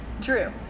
Drew